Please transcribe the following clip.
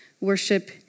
worship